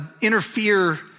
interfere